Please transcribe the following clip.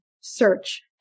search